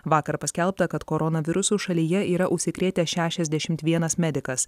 vakar paskelbta kad koronavirusu šalyje yra užsikrėtę šešiasdešimt vienas medikas